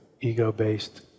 ego-based